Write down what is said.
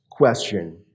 question